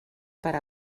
per